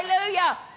Hallelujah